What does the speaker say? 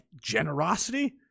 generosity